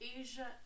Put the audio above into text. Asia